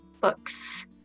books